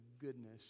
goodness